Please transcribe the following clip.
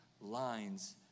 lines